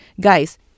Guys